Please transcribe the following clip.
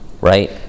right